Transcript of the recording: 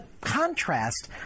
contrast